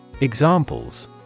Examples